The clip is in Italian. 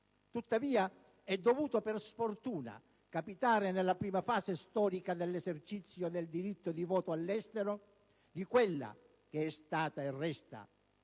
Tuttavia, è capitato per sfortuna, nella prima fase storica dell'esercizio del diritto di voto all'estero, di quella che è stata e resta